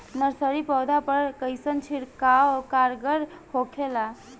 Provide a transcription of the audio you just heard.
Nursery पौधा पर कइसन छिड़काव कारगर होखेला?